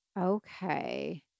okay